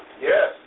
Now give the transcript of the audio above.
Yes